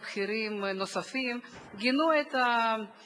שר החוץ אביגדור ליברמן וגם בכירים נוספים גינו את המעשים,